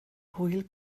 hwyl